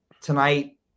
tonight